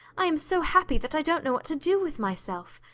i am so happy that i don't know what to do with myself.